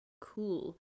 Cool